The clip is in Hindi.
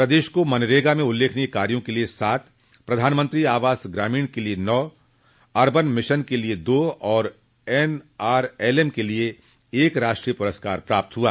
प्रदेश को मनरेगा में उल्लेखनीय कार्यो के लिये सात प्रधानमंत्री आवास ग्रामीण के लिये नौ रूर्बन मिशन के लिये दो और एनआरएलएम के लिये एक राष्ट्रीय पुरस्कार प्राप्त हुआ